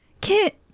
Kit